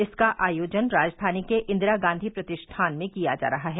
इसका आयोजन राजधानी के इंदिरा गांधी प्रतिष्ठान में किया जा रहा है